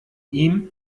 ihm